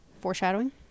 Foreshadowing